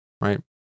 right